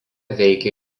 veikė